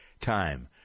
time